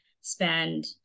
spend